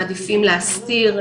מעדיפים להסתיר,